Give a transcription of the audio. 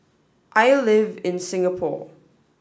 I live in Singapore